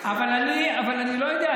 אבל אני לא יודע,